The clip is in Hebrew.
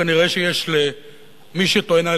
כנראה יש למי שטוען עליה,